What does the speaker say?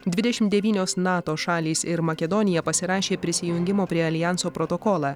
dvidešimt devynios nato šalys ir makedonija pasirašė prisijungimo prie aljanso protokolą